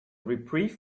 reprieve